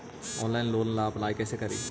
Online loan ला apply कैसे करी?